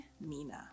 Mina